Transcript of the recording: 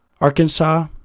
Arkansas